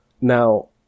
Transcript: Now